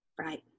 Right